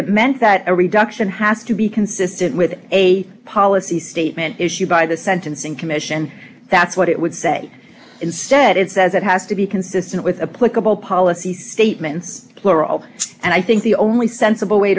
it meant that a reduction has to be consistent with a policy statement issued by the sentencing commission that's what it would say instead it says it has to be consistent with a political policy statements plural and i think the only sensible way